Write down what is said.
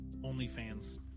OnlyFans